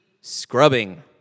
scrubbing